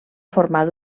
formar